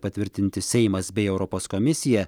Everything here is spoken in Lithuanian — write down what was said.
patvirtinti seimas bei europos komisija